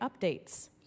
updates